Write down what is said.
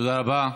תודה רבה.